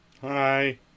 Hi